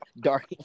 dark